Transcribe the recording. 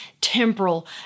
temporal